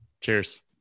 Cheers